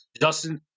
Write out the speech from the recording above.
Justin